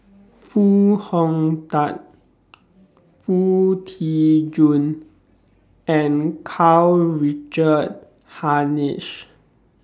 Foo Hong Tatt Foo Tee Jun and Karl Richard Hanitsch